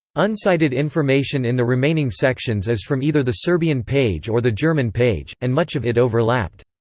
uncited information in the remaining sections is from either the serbian page or the german page, and much of it overlapped.